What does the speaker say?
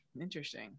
interesting